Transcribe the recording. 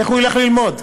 איך הוא ילך ללמוד?